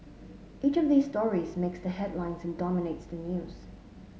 each of these stories makes the headlines and dominates the news